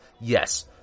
Yes